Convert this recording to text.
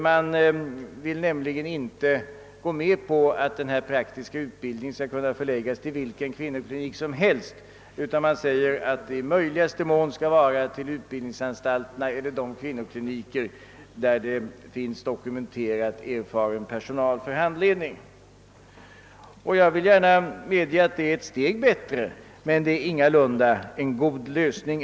Man vill nämligen inte gå med på att denna praktiska utbildning skall förläggas till vilken kvinnoklinik som helst, utan att det i möjligaste mån skall vara till utbildningsanstalterna eller till de kvinnokliniker där det finns dokumenterat erfaren personal för handledning. Jag vill gärna medge att detta är en grad bättre än propositionens förslag, men det är ingalunda en god lösning.